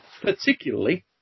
particularly